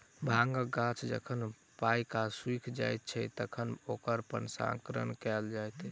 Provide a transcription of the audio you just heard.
भांगक गाछ जखन पाइक क सुइख जाइत छै, तखन ओकरा प्रसंस्करण कयल जाइत अछि